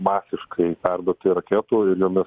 masiškai perduoti raketų ir jomis